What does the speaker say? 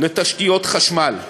לתשתיות חשמל,